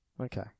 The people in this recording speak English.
Okay